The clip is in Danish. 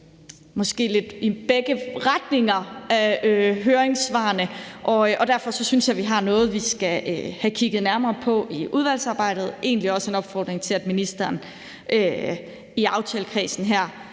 går lidt i begge retninger, og derfor synes jeg, at vi har noget, vi skal have kigget nærmere på i udvalgsarbejdet. Det er egentlig også en opfordring til, at ministeren i aftalekredsen her